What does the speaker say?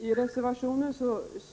Herr talman!